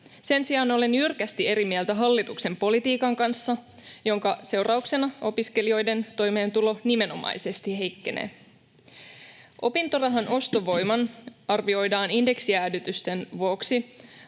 Sen sijaan olen jyrkästi eri mieltä hallituksen politiikan kanssa, jonka seurauksena opiskelijoiden toimeentulo nimenomaisesti heikkenee. Opintorahan ostovoiman arvioidaan indeksijäädytysten vuoksi